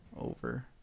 over